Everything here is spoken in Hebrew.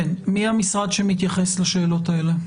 מי המשרד שמתייחס לשאלות האלה?